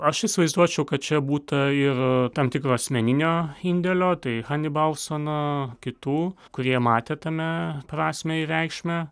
aš įsivaizduočiau kad čia būta ir tam tikro asmeninio indėlio tai hanibalsono kitų kurie matė tame prasmę ir reikšmę